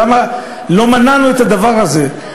למה לא מנענו את הדבר הזה?